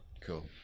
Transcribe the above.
cool